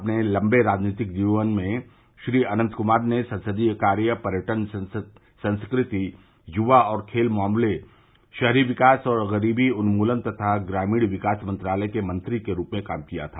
अपने लम्बे राजनीतिक जीवन में श्री अनंत कुमार ने संसदीय कार्य पर्यटन संस्कृति युवा और खेल मामलों शहरी विकास और गरीबी उन्मूलन तथा ग्रामीण विकास मंत्रालय के मंत्री के रूप में काम किया था